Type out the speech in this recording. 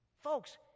Folks—